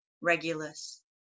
Regulus